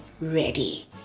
ready